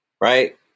Right